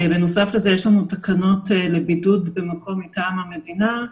בנוסף, יש לנו תקנות לבידוד במקום מטעם המדינה,